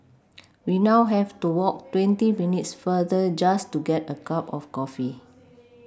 we now have to walk twenty minutes farther just to get a cup of coffee